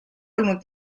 olnud